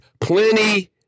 plenty